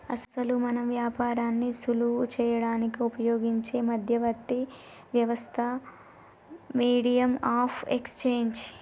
అసలు మనం వ్యాపారాన్ని సులువు చేయడానికి ఉపయోగించే మధ్యవర్తి వ్యవస్థ మీడియం ఆఫ్ ఎక్స్చేంజ్